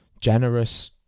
generous